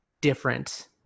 different